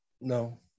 No